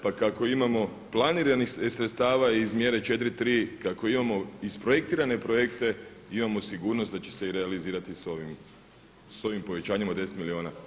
Pa kako imamo planiranih sredstava iz mjere 4.3, kako imamo isprojektirane projekte imamo sigurnost da će se i realizirati sa ovim povećanjem od 10 milijuna.